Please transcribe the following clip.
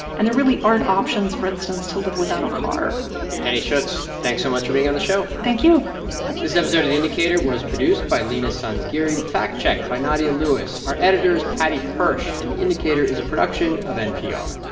and there really aren't options, for instance, to live without a car jenny schuetz, thanks so much for being on the show thank you this episode of the indicator was produced by leena sanzgiri, fact-checked by nadia lewis. our editor is paddy hirsch, and the indicator is a production of npr